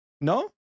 No